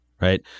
right